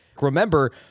Remember